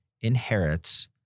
inherits